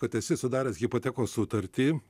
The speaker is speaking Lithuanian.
kad esi sudaręs hipotekos sutartį